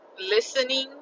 listening